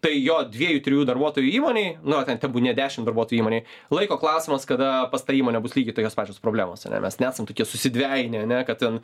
tai jo dviejų trijų darbuotojų įmonei na ten tebūnie dešimt darbuotojų įmonei laiko klausimas kada pas tą įmonę bus lygiai tokios pačios problemos ane mes nesam tokie susidvejięi ane kad ten